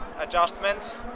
adjustment